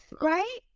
Right